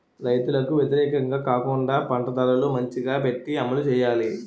రైతులకు వ్యతిరేకంగా కాకుండా పంట ధరలు మంచిగా పెట్టి అమలు చేయాలి